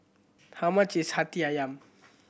how much is Hati Ayam